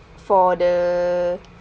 for the